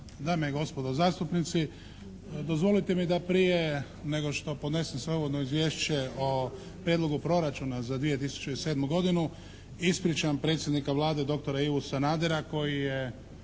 dame i gospodo zastupnici. Dozvolite mi da prije nego što podnesem … /Govornik se ne razumije./ … izvješće o Prijedlogu proračuna za 2007. godinu ispričam predsjednika Vlade doktora Ivu Sanadera koji je